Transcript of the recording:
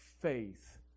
faith